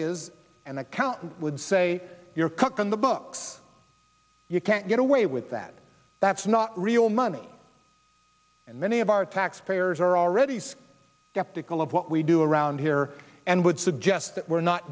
is an accountant would say you're cooking the books you can't get away with that that's not real money and many of our tax payers are already saying yep tical of what we do around here and would suggest that we're not